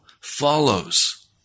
follows